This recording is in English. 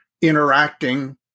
interacting